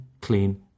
clean